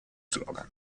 slogan